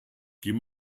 geh